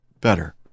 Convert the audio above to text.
better